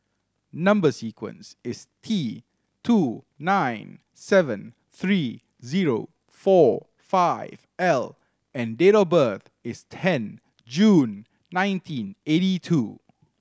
number sequence is T two nine seven three zero four five L and date of birth is ten June nineteen eighty two